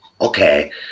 okay